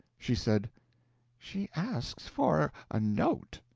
she said she asks for a note.